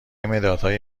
مدادهایی